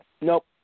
Nope